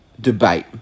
debate